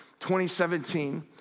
2017